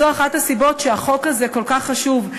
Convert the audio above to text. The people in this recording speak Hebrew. זו אחת הסיבות שהחוק הזה כל כך חשוב.